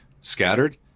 Scattered